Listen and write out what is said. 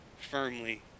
firmly